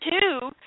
two